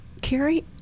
Carrie